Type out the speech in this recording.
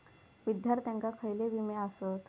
विद्यार्थ्यांका खयले विमे आसत?